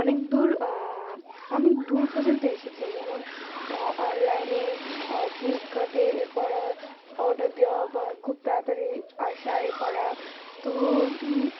অনেক দূর অনেক দূর পর্যন্ত এসেছে যেমন অনলাইনে ফ্লিপকার্টে এ করা অর্ডার দেওয়া বা খুব তাড়াতাড়ি আসা এ করা তো